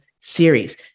series